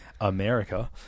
America